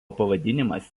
pavadinimas